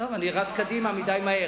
טוב, אני רץ קדימה מהר מדי.